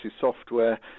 software